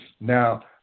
Now